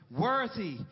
worthy